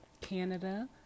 Canada